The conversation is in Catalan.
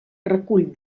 recull